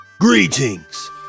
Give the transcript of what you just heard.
Greetings